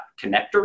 connector